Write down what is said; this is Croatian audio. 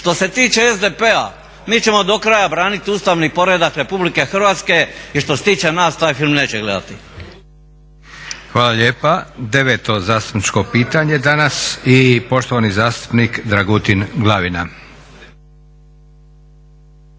Što se tiče SDP-a mi ćemo do kraja braniti ustavni poredak RH i što se tiče nas taj film neće gledati. **Leko, Josip (SDP)** Hvala lijepa. 9.zastupničko pitanje danas i poštovani zastupnik Dragutin Glavina.